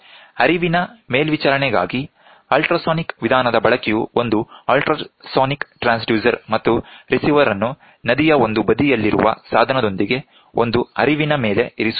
ಹರಿವಿನ ಮೇಲ್ವಿಚಾರಣೆಗಾಗಿ ಅಲ್ಟ್ರಾಸಾನಿಕ್ ವಿಧಾನದ ಬಳಕೆಯು ಒಂದು ಅಲ್ಟ್ರಾಸಾನಿಕ್ ಟ್ರಾನ್ಸ್ಡ್ಯೂಸರ್ ಮತ್ತು ರಿಸೀವರ್ ಅನ್ನು ನದಿಯ ಒಂದು ಬದಿಯಲ್ಲಿರುವ ಸಾಧನದೊಂದಿಗೆ ಒಂದು ಹರಿವಿನ ಮೇಲೆ ಇರಿಸುವುದು